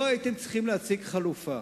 לא הייתם צריכים להציג חלופה.